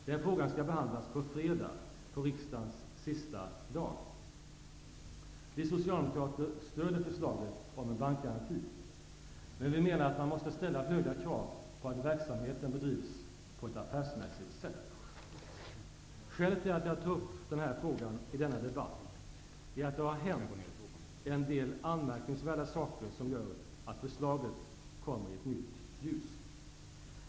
Den frågan skall behandlas på fredag, på riksdagens sista dag. Vi socialdemokrater stöder förslaget om en bankgaranti. Men vi menar att man måste ställa höga krav på att verksamheten bedrivs på ett affärsmässigt sätt. Skälet till att jag tar upp den här frågan i denna debatt är att det har hänt en del anmärkningsvärda saker som gör att förslaget kommer i ett nytt ljus.